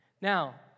Now